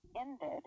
ended